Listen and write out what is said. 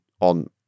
on